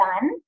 done